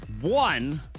One